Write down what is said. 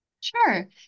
Sure